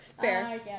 fair